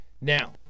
Now